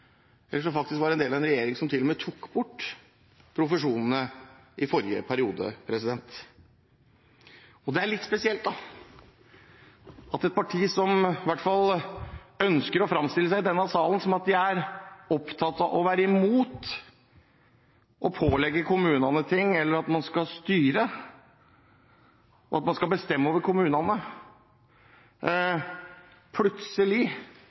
eller som faktisk var en del av en regjering som til og med tok bort profesjonene i forrige periode. Det er litt spesielt at et parti som i hvert fall i denne salen ønsker å framstille seg som at de er opptatt av å være imot å pålegge kommunene ting, eller at man skal styre og bestemme over kommunene, plutselig,